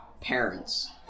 parents